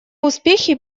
успехи